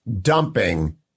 dumping